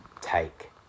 take